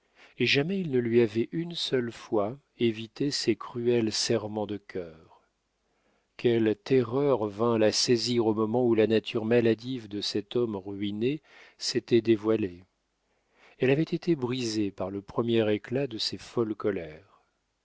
et jamais il ne lui avait une seule fois évité ces cruels serrements de cœur quelle terreur vint la saisir au moment où la nature maladive de cet homme ruiné s'était dévoilée elle avait été brisée par le premier éclat de ses folles colères